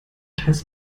teils